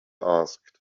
asked